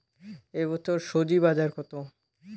এ বছর স্বজি বাজার কত?